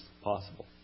possible